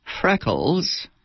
freckles